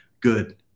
Good